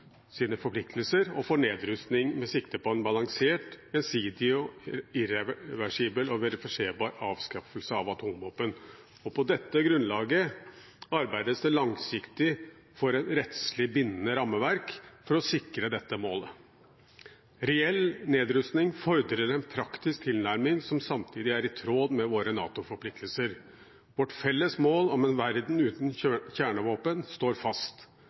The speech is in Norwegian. forpliktelser og for nedrustning med sikte på en balansert, gjensidig, irreversibel og verifiserbar avskaffelse av atomvåpen, og på dette grunnlaget arbeides det langsiktig for et rettslig bindende rammeverk for å sikre dette målet. Reell nedrustning fordrer en praktisk tilnærming som samtidig er i tråd med våre NATO-forpliktelser. Vårt felles mål om en verden uten kjernevåpen står fast.